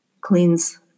cleans